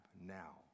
now